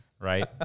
Right